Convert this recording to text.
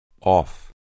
off